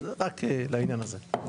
רק לעניין הזה.